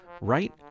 right